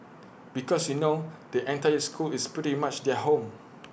because you know the entire school is pretty much their home